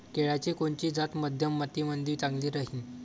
केळाची कोनची जात मध्यम मातीमंदी चांगली राहिन?